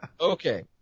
Okay